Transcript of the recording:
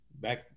back